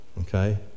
okay